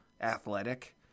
athletic